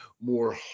more